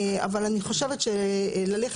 אבל אני חושבת שללכת,